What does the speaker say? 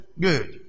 Good